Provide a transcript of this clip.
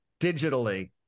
digitally